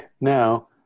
Now